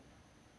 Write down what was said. uh